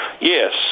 yes